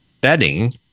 bedding